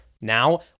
Now